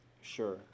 Sure